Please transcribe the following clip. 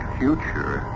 future